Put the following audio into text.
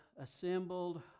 assembled